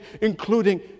including